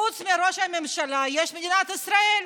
חוץ מראש הממשלה יש מדינת ישראל,